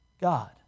God